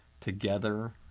Together